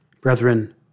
Brethren